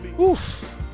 Oof